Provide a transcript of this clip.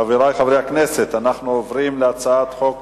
חברי חברי הכנסת, אנחנו עוברים להצעת חוק